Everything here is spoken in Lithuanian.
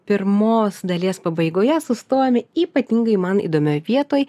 pirmos dalies pabaigoje sustojome ypatingai man įdomioj vietoj